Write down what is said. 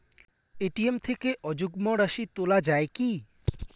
ATM থেকে অযুগ্ম রাশি তোলা য়ায় কি?